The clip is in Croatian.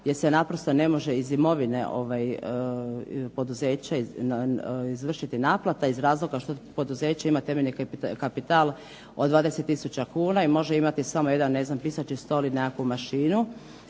jer se naprosto ne može iz imovine poduzeća izvršiti naplata iz razloga što poduzeće ima temeljni kapital od 20000 kuna i može imati samo jedan ne znam pisaći stol i nekakvu mašinu